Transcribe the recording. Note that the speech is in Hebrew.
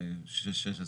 שמונה?